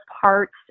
parts